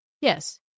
Yes